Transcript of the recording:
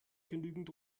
genügend